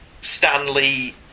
Stanley